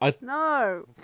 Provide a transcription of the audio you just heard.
No